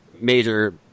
major